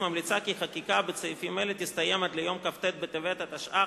ממליצה כי חקיקת סעיפים אלה תסתיים עד ליום כ"ט בטבת התש"ע,